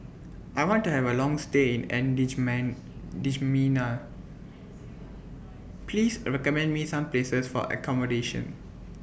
I want to Have A Long stay in N D G Man N'Djamena Please recommend Me Some Places For accommodation